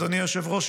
אדוני היושב-ראש,